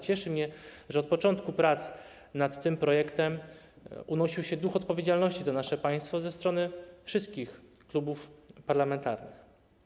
Cieszy mnie, że od początku prac nad tym projektem unosił się duch odpowiedzialności za nasze państwo ze strony wszystkich klubów parlamentarnych.